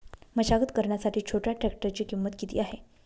मशागत करण्यासाठी छोट्या ट्रॅक्टरची किंमत किती आहे?